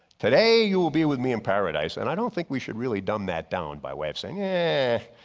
today you will be with me in paradise and i don't think we should really dumb that down by way of saying, yeah